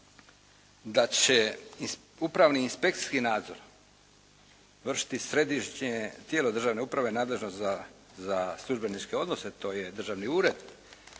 da će upravni i inspekcijski nadzor vršiti središnje tijelo državne uprave nadležno za službeničke odnose, to je državni ured,